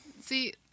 See